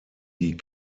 die